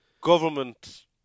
government